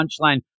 punchline